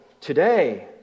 today